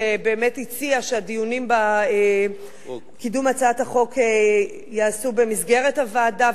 שבאמת הציעה שהדיונים בקידום הצעת החוק ייעשו במסגרת הוועדה,